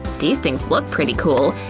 these things look pretty cool.